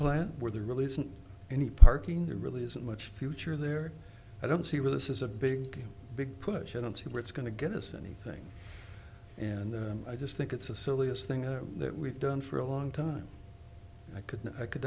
plant where there really isn't any parking there really isn't much future there i don't see where this is a big big push i don't see where it's going to get us anything and i just think it's a silliest thing that we've done for a long time i couldn't i could